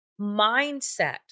mindset